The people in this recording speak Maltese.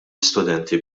istudenti